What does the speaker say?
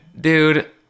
dude